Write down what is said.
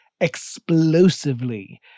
explosively